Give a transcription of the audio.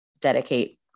dedicate